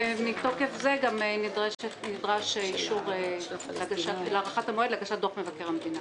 ומתוקף זה גם נדרש אישור להארכת המועד להגשת דוח מבקר המדינה.